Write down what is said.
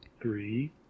three